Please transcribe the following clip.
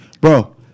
Bro